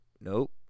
Nope